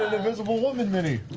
invisible woman mini!